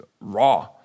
raw